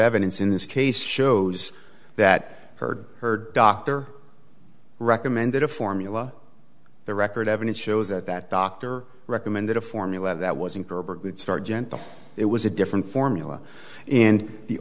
evidence in this case shows that heard her doctor recommended a formula the record evidence shows that that doctor recommended a formula that wasn't gerber good start gentle it was a different formula and the